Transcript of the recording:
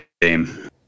game